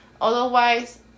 Otherwise